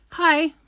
Hi